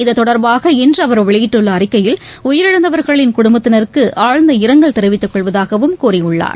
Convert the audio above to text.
இதுதொடர்பாக இன்றுஅவர் வெளியிட்டுள்ளஅறிக்கையில் உயிரிழந்தவர்களின் குடும்பத்தினருக்கு ஆழ்ந்த இரங்கல் தெரிவித்துக் கொள்வதாகவும் கூறியுள்ளார்